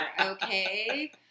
okay